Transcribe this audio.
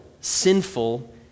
sinful